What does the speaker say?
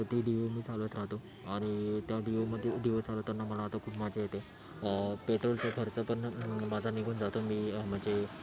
तर ती डिओ मी चालवत राहतो आणि त्या डिओमध्ये डिओ चालवताना मला आता खूप मजा येते पेट्रोलचा खर्च पण माझा निघून जातो मी म्हणजे